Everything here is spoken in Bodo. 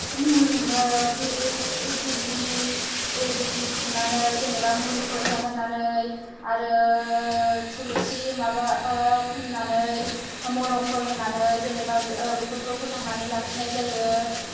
बे बिजि बिजि थुनानै जेनेबा मुलिफोर जाहोनानै आरो थुलुसि माबा फुननानै मलमफोर होनानै जेनेबा बेफोरखौ फोथांनानै लाखिनाय जायो